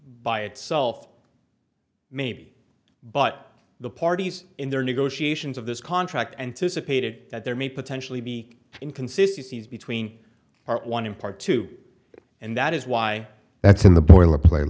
by itself maybe but the parties in their negotiations of this contract anticipated that there may potentially be inconsistency between one and part two and that is why that's in the boilerpla